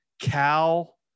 Cal